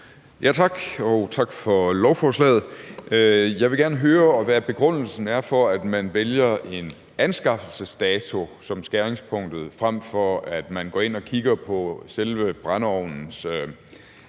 Tak, og tak for lovforslaget. Jeg vil gerne høre, hvad begrundelsen er for, at man vælger en anskaffelsesdato som skæringspunktet, frem for at man går ind og kigger på selve brændeovnens